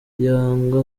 yanga